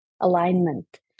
alignment